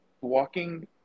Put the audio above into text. walking